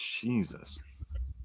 Jesus